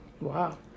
Wow